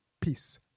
peace